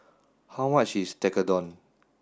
how much is Tekkadon